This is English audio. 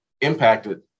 impacted